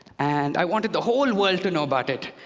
and i wanted the whole world to know about it.